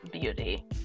Beauty